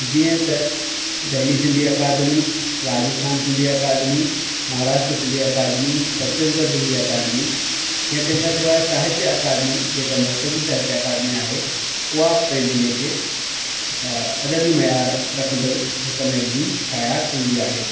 जीअं त दिल्ली सिंधी अकादमी राजस्थान सिंधी अकादमी महाराष्ट्र सिंधी अकादमी छत्तीसगढ़ सिंधी अकादमी या तंहिं खां सवाइ साहित्य अकादमी जेका मर्कज़ी साहित्य अकादमी आहे उहा पंहिंजे लेखे अदब ई मैयार रखंदड़ु हिकु मैगज़ीन शायाद कंदी आहे